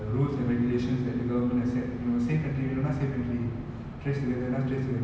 faster and move on faster from this whole uh pandemic